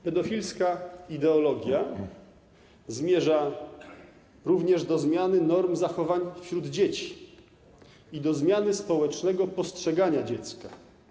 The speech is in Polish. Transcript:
Pedofilska ideologia zmierza również do zmiany norm zachowań wśród dzieci i do zmiany społecznego postrzegania dziecka.